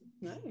Nice